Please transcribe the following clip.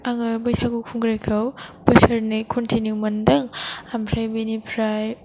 आङो बैसागु खुंग्रिखौ बोसोरनै कनटिनिउ मोनदों ओमफ्राय बेनिफ्राय